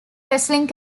wrestling